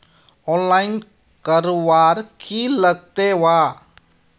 Online करवार की लगते वा?